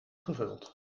gevuld